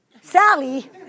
Sally